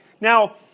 Now